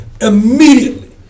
immediately